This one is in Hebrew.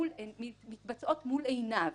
הן מתבצעות מול עיניו.